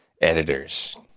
editors